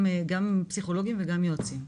גם פסיכולוגיים וגם יועצים.